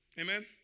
Amen